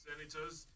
Senators